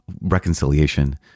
Reconciliation